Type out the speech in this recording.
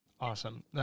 Awesome